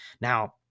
Now